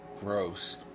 gross